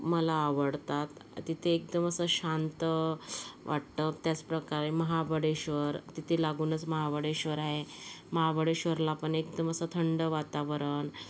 मला आवडतात तिथे एकदम असं शांत वाटतं त्याचप्रकारे महाबळेश्वर तिथे लागूनच महाबळेश्वर आहे महाबळेश्वरला पण एकदम असं थंड वातावरण